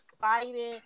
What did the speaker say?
fighting